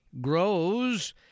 grows